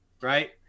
right